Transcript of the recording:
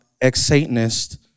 ex-Satanist